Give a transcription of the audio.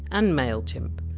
and mailchimp.